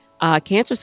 cancer